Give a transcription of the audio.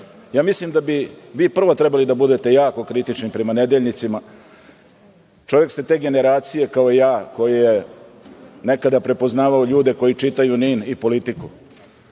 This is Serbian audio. Mislim da bi vi prvi trebali da budete jako kritični prema nedeljnicima. Čovek ste te generacija, kao i ja, koji je nekada prepoznavao ljude koji čitaju NIN i „Politiku“.